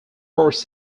forced